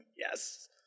yes